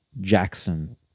Jackson